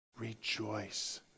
Rejoice